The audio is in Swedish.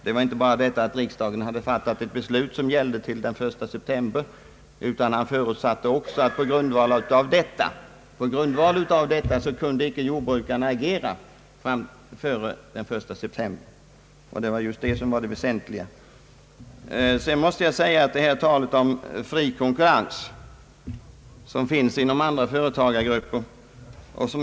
Han sade inte bara att riksdagen hade fattat ett beslut som gällde till den 1 september, utan han förutsatte också att på grundval av detta kunde jordbrukarna icke agera med fackliga åtgärder före den 1 september. Det var just detta som var det väsentliga. Sedan måste jag säga något beträffande talet om fri konkurrens inom andra företagargrupper.